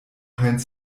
heinz